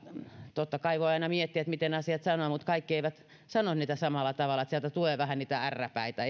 totta kai voi aina miettiä miten asiat sanoo mutta kaikki eivät sano niitä samalla tavalla sieltä tulee vähän niitä ärräpäitä